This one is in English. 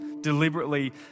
deliberately